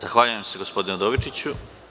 Zahvaljujem se gospodine Udovičiću.